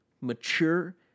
mature